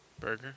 Burger